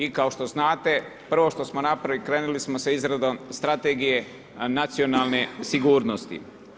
I kao što znate prvo što smo napravili krenuli smo sa izradom Strategije nacionalne sigurnosti.